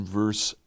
verse